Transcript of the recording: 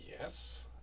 Yes